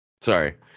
Sorry